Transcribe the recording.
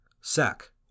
sack